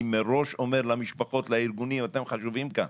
אני מראש אומר למשפחות, לארגונים, אתם חשובים כאן.